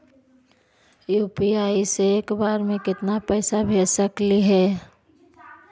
UPI से एक बार मे केतना पैसा भेज सकली हे?